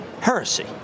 heresy